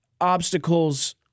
obstacles